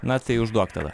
na tai užduok tada